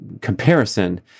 comparison